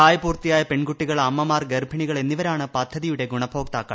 പ്രായപൂർത്തിയായ പെൺകുട്ടികൾ അമ്മമാർ ഗർഭിണികൾ എന്നിവരാണ് പദ്ധതിയുടെ ഗുണഭോക്താക്കൾ